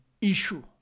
issue